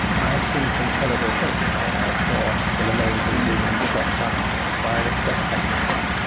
i have seen some terrible things, i saw the remains of a woman chopped up by an express train once,